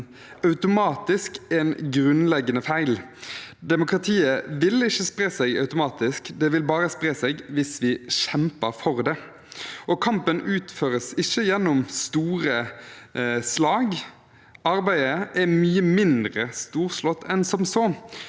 Kampen utføres ikke gjennom store slag. Arbeidet er mye mindre storslått enn som så. Kampen står om små justeringer som hver for seg kan virke lite essensielle, men som over tid er det som avgjør